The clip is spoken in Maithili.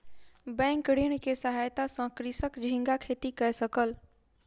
बैंक ऋण के सहायता सॅ कृषक झींगा खेती कय सकल